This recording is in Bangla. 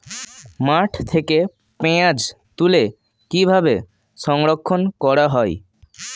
মাঠ থেকে পেঁয়াজ তুলে কিভাবে সংরক্ষণ করা হয়?